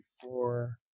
four